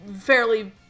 fairly